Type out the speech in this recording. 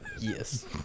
Yes